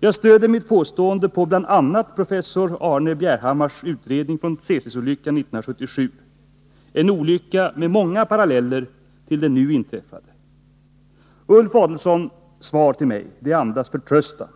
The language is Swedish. Jag stöder mitt påstående på bl.a. professor Arne Bjerhammars utredning efter Tsesisolyckan 1977, en olycka med många paralleller till den nu inträffade. Ulf Adelsohns svar till mig andas förtröstan.